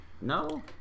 No